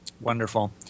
Wonderful